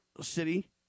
City